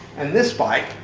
and this bike.